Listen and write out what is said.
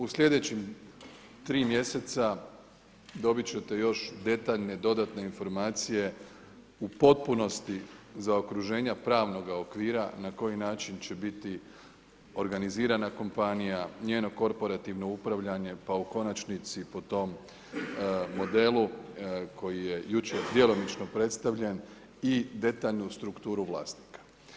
U sljedeća 3 mjeseca dobiti ćete još detaljne, dodatne informacije u potpunosti zaokruženja pravnoga okvira na koji način će biti organizirana kompanija, njeno korporativno upravljanje, pa u konačnici po tom modelu koji je jučer djelomično predstavljen i detaljnu strukturu vlasnika.